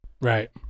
Right